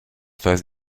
phases